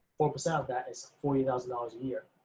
four percent of that is forty thousand dollars a year.